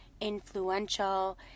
influential